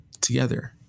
together